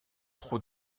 trop